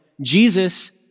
Jesus